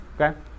Okay